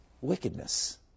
wickedness